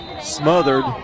smothered